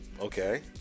Okay